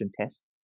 test